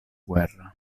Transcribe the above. guerra